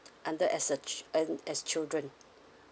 under as a chi~ and as children